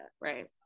right